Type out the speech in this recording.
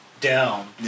down